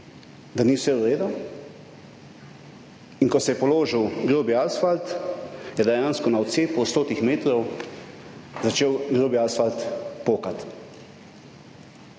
da ni vse v redu in ko se je položil grobi asfalt, je dejansko na odcepu stotih metrov začel grobi asfalt pokati.